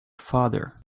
father